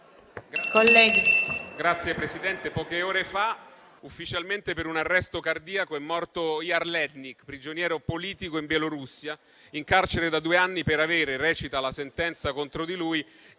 Signor Presidente, poche ore fa, ufficialmente per un arresto cardiaco, è morto Ihar Lednik, prigioniero politico in Bielorussia, in carcere da due anni per avere - così recita la sentenza contro di lui